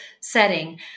setting